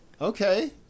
Okay